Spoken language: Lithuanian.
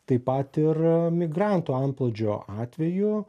taip pat ir migrantų antplūdžio atveju